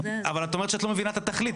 אבל את אומרת שאת לא מבינה את התכלית,